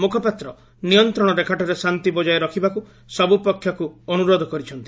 ମୁଖପାତ୍ର ନିୟନ୍ତ୍ରଣ ରେଖାଠାରେ ଶାନ୍ତି ବଜାୟ ରଖିବାକୁ ସବୁ ପକ୍ଷକୁ ଅନୁରୋଧ କରିଛନ୍ତି